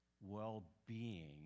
well-being